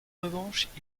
revanche